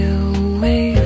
away